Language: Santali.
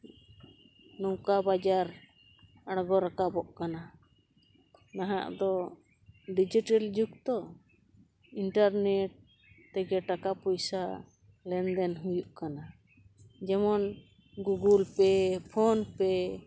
ᱱᱚᱝᱠᱟ ᱵᱟᱡᱟᱨ ᱟᱬᱜᱚ ᱨᱟᱠᱟᱵᱚᱜ ᱠᱟᱱᱟ ᱱᱟᱦᱟᱜ ᱫᱚ ᱰᱤᱡᱤᱴᱮᱞ ᱡᱩᱜᱽ ᱛᱚ ᱤᱱᱴᱟᱨᱱᱮᱴ ᱛᱮᱜᱮ ᱴᱟᱠᱟ ᱯᱚᱭᱥᱟ ᱞᱮᱱᱫᱮᱱ ᱦᱩᱭᱩᱜ ᱠᱟᱱᱟ ᱡᱮᱢᱚᱱ ᱜᱩᱜᱩᱞᱯᱮ ᱯᱷᱳᱱ ᱯᱮ